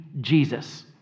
Jesus